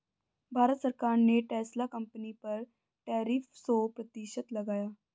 भारत सरकार ने Tesla company पर टैरिफ सो प्रतिशत लगाया